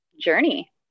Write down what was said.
journey